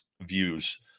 views